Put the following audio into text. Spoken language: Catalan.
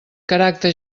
caràcter